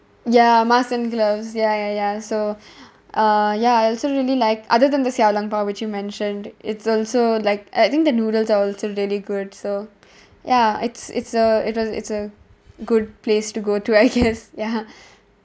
ya mask and gloves ya ya ya so uh ya I also really like other than the 小笼包 which you mentioned it's also like I think the noodles are also really good so ya it's it's a it's a it's a good place to go to I guess ya